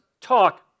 talk